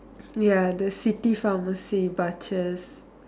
ya the city pharmacy